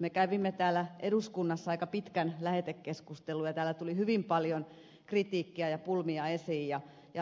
me kävimme täällä eduskunnassa aika pitkän lähetekeskustelun ja täällä tuli hyvin paljon kritiikkiä ja pulmia esiin ja